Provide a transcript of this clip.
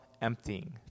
Emptying